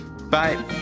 Bye